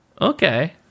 Okay